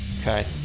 Okay